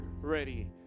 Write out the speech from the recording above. ready